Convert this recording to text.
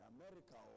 America